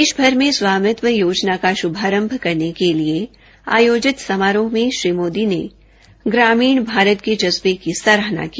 देशभर में स्वामित्व योजना का श्रभारंभ करने के लिए आयोजित समारोह में श्री मोदी ने ग्रामीण भारत के जज्बे की सराहना की